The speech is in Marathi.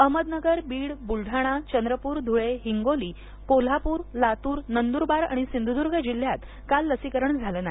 अहमदनगर बीड बुलढाणा चंद्रपूर धुळे हिंगोली कोल्हापूर लातूर नंदुरबार आणि सिंधुर्दुग जिल्ह्यात काल लसीकरण झालं नाही